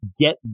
get